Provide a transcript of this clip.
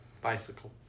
Bicycle